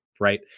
right